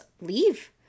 leave